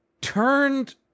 turned